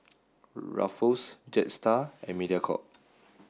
Ruffles Jetstar and Mediacorp